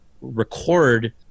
record